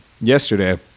Yesterday